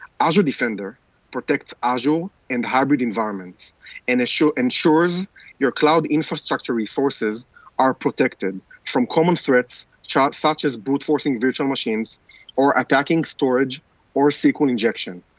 azure defender protects azure and hybrid environments and ensures your cloud infrastructure resources are protected from common threats chat such as brute-forcing virtual machines or attacking storage or sql injection,